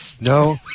no